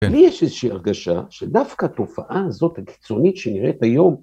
לי יש איזושהי הרגשה שדווקא התופעה הזאת הקיצונית שנראית היום